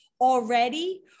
already